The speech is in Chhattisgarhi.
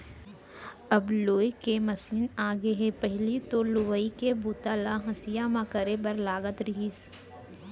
अब लूए के मसीन आगे हे पहिली तो लुवई के बूता ल हँसिया म करे बर लागत रहिस